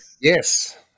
Yes